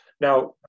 Now